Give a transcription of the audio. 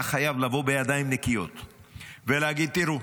אתה חייב לבוא בידיים נקיות ולהגיד: תראו,